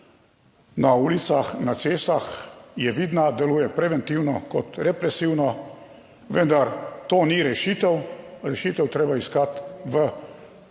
na ulicah, na cestah je vidna, deluje preventivno kot represivno, vendar to ni rešitev, rešitev je treba iskati v